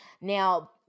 now